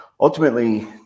ultimately